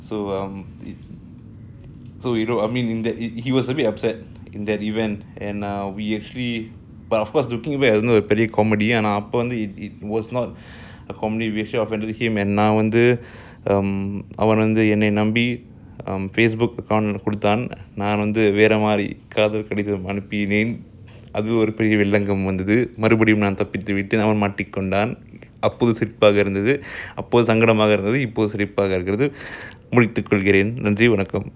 so um so you know I mean in that it he was a bit upset in that event and ah we actually but of course looking back பெரியகாமெடி:peria comedy I know நான்வந்துஅவன்வந்துஎன்னநம்பிஅவன்:nan vandhu avan vandhu enna nambi avan facebook account கொடுத்தான்நான்வந்துவேறமாதிரிகாதல்கடிதம்அனுப்பினேன்அதில்ஒருபெரியவில்லங்கம்வந்ததுமறுபடியும்நான்தப்பித்துஅவன்மாட்டிக்கொண்டனஅப்போதுசங்கடமாகஇருந்ததுஇப்பொதுசிரிப்பாகஇருக்கிறது:koduthan nan vandhu vera madhiri kadhal kaditham anupinen adhil oru peria villangam vandhathu marubadium nan thappithu avan maatikondan apothu sangadamaga irunthathu ipothu siripaga irukirathu